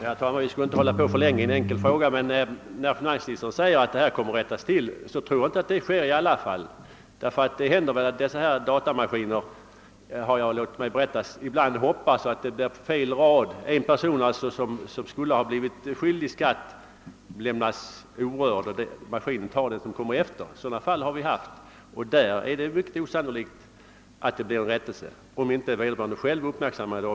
Herr talman! Vi skall ju inte hålla på att diskutera alltför länge i anledning av en enkel fråga. Men när finansministern säger att misstagen kommer att rättas till vill jag framhålla att jag inte tror att detta sker i alla fall. Jag har nämligen låtit mig berättas att datamaskinerna ibland »hoppar» så att krediteringen görs på fel rad. En person som egentligen är skyldig skatt blir alltså i dylika fall inte sedermera debiterad, medan den som står på nästa rad felaktigt debiteras. Sådana fall har inträffat, och där är det högst osannolikt att det blir någon rättelse, om inte vederbörande själv uppmärksammar saken.